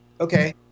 Okay